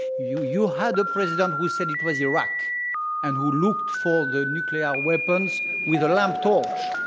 you you had a president who said it was iraq and who looked for the nuclear weapons with a lamp torch.